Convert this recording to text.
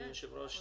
אדוני היושב-ראש,